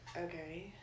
Okay